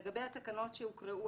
לגבי התקנות שהוקראו.